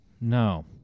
No